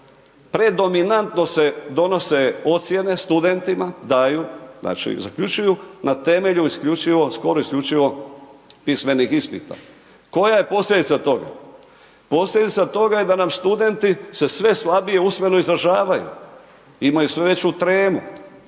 Predominantno se donose ocjene studentima, daju, znači zaključuju na temelju skoro isključivo pismenih ispita. Koja je posljedica toga? Posljedica je toga da nam studenti se sve slabije usmeno izražavaju, imaju sve veću tremu.